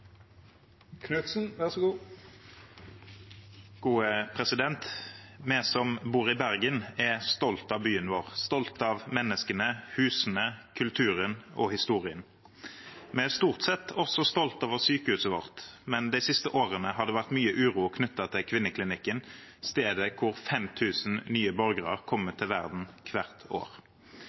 av byen vår – stolte av menneskene, husene, kulturen og historien. Vi er stort sett også stolte av sykehuset vårt, men de siste årene har det vært mye uro knyttet til kvinneklinikken, stedet hvor 5 000 nye borgere kommer til verden hvert år.